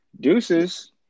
deuces